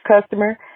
customer